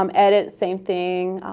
um edit, same thing.